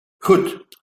goed